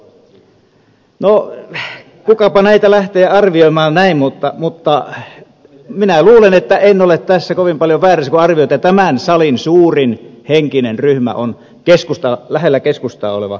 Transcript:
no kukapa näitä lähtee arvioimaan näin mutta minä luulen että en ole tässä kovin paljon väärässä kun arvioin että tämän salin suurin henkinen ryhmä on lähellä keskustaa oleva ryhmä